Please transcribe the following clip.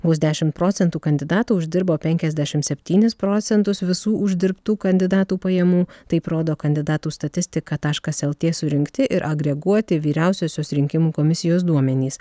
vos dešimt procentų kandidatų uždirbo penkiasdešimt septynis procentus visų uždirbtų kandidatų pajamų taip rodo kandidatų statistika taškas lt surinkti ir agreguoti vyriausiosios rinkimų komisijos duomenys